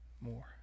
more